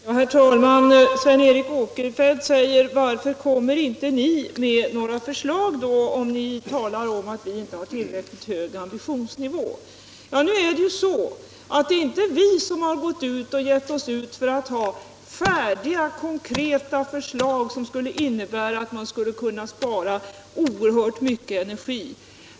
Herr talman! Sven Eric Åkerfeldt frågar varför inte vi kommer med några förslag, när vi talar om att ni inte har tillräckligt hög ambitionsnivå. Men nu är det ju inte vi som givit oss ut för att ha färdiga konkreta förslag, som skulle innebära att man kunde spara oerhört mycket energi.